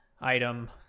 item